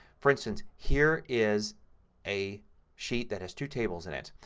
for instance, here is a sheet that has two tables in it.